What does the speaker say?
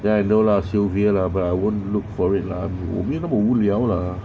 ya I know lah sylvia lah but I won't look for it lah 我没那么无聊啦